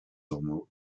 ormeaux